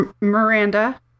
Miranda